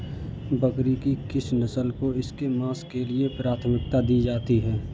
बकरी की किस नस्ल को इसके मांस के लिए प्राथमिकता दी जाती है?